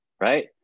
right